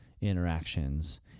interactions